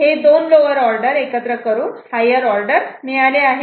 हे दोन lower order एकत्र करून हायर ऑर्डर मिळाले आहे